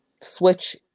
switch